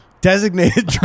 designated